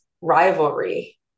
rivalry